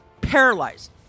Paralyzed